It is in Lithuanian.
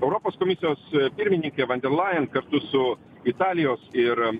europos komisijos pirmininkė vanderlajan kartu su italijos ir